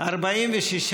אי-אמון בממשלה לא נתקבלה.